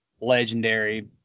legendary